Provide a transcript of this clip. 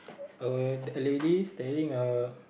uh a lady staring a